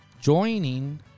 joining